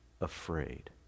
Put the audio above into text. afraid